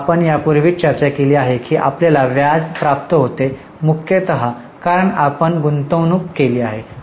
आपण यापूर्वीच चर्चा केली आहे की आपल्याला व्याज प्राप्त होते मुख्यतः कारण आपण गुंतवणूक केली आहे